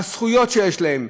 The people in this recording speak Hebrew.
הזכויות שיש להם.